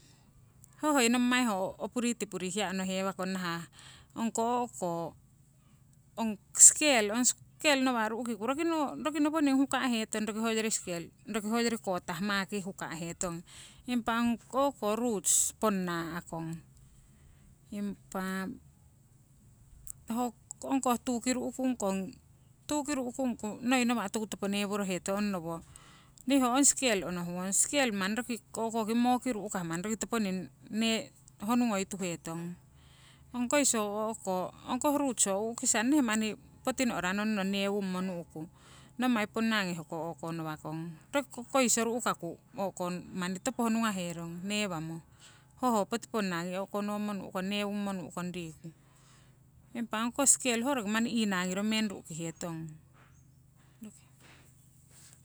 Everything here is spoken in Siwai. Ho hoi nommai ho opuritpuri hiya onohewakong nahah ong ko o'ko ong skel, ong skel nawa' ru'kiku roki no roki nowonig huka' hetong, roki hoyori maki kotah huka'hetong. Impa ong o'ko roots ponna kong. Impa ho ong koh tuuki ru'kung kong, tuuki ru'kungku noi nawa' toku topo neworohetong, onnowo nii ong sikel onohungong, skel manni roki o'koki moo ki ru`kah manni toponing neworohetong ne honungoi tuhetong. Ong koiso o'ko ong koh roots ho u'kisang nee manni poti no'ra nonnong newummo nu`ku nommai ponna ngi ho o'konowakong roki ko koiso ru'kaku o'ko manni topo honungaherong newamo hoho poti ponna nangi o'konommo nu'kong newummo nu'kong riku. Impa ong koh sikel ho roki manni inangiro meng ru'kihetong.